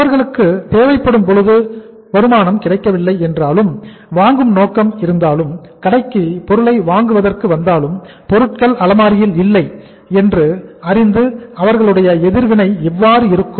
அவர்களுக்கு தேவைப்படும் பொழுது வரும் கிடைக்கவில்லை என்றாலும் வாங்கும் நோக்கம் இருந்தாலும் கடைக்கு பொருளை வாங்குவதற்குவந்தாலும் பொருட்கள் அலமாரியில் இல்லை என்று அறிந்து அவர்களுடைய எதிர்வினை reaction எவ்வாறு இருக்கும்